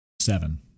seven